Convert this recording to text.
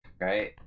Right